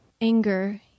anger